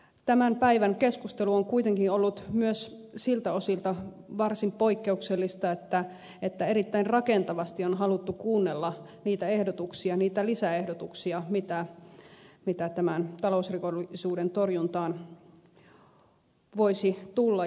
tämän päivän keskustelu on kuitenkin ollut myös siltä osin varsin poikkeuksellista että erittäin rakentavasti on haluttu kuunnella niitä lisäehdotuksia mitä talousrikollisuuden torjuntaan voisi tulla